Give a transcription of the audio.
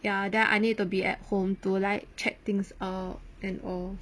ya then I need to be at home to like check things err and all